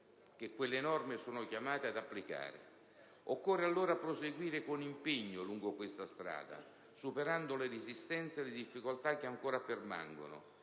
che quelle norme sono chiamate ad applicare. Occorre allora proseguire con impegno lungo questa strada, superando le resistenze e le difficoltà che ancora permangano,